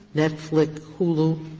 netflix, hulu,